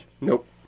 Nope